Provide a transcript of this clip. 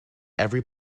every